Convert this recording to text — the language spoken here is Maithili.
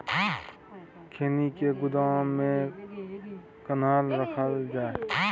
खैनी के गोदाम में कखन रखल जाय?